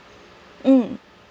mm